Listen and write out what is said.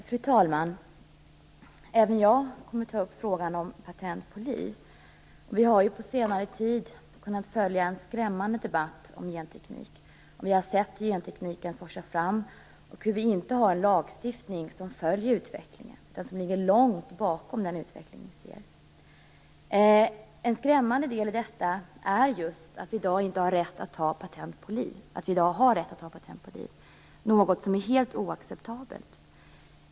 Fru talman! Även jag kommer att ta upp frågan om patent på liv. Vi har ju på senare tid kunnat följa en skrämmande debatt om genteknik. Vi har sett genteknik forsa fram, och vi har sett att vi inte har en lagstiftning som följer utvecklingen utan som ligger långt bakom den utveckling vi ser. En skrämmande del i detta är just att vi i dag har rätt att ta patent på liv, något som är helt oacceptabelt.